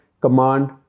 command